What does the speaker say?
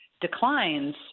declines